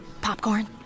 Popcorn